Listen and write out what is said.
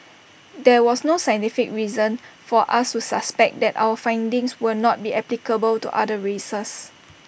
there was no scientific reason for us to suspect that our findings will not be applicable to other races